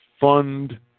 fund